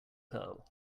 pearl